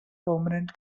permanent